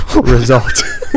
result